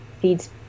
feeds